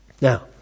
Now